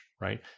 right